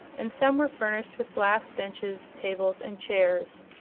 and some were furnished with glass benches, tables and chairs.